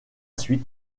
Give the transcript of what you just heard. suite